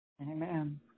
Amen